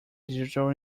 digital